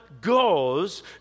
goes